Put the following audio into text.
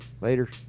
Later